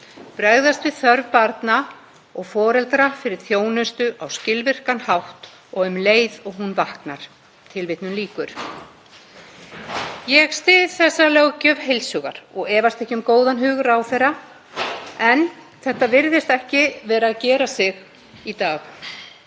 Bregðast við þörf barna og foreldra fyrir þjónustu á skilvirkan hátt og um leið og um leið og þörf krefur.“ Ég styð þessa löggjöf heils hugar og efast ekki um góðan hug ráðherra en þetta virðist ekki vera að gera sig í dag.